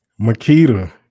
Makita